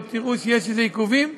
או תראו שיש עיכובים,